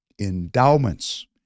Endowments